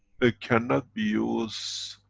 they can not be used